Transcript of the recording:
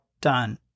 done